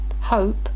hope